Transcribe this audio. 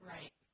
Right